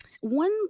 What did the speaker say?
One